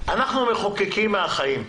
אנחנו מחוקקים מהחיים.